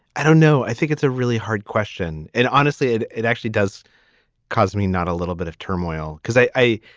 i don't know. i think it's a really hard question and honestly it it actually does cause me not a little bit of turmoil because i i